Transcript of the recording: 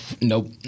Nope